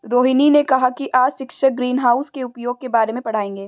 रोहिनी ने कहा कि आज शिक्षक ग्रीनहाउस के उपयोग के बारे में पढ़ाएंगे